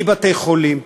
בתי-חולים,